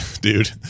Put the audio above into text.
dude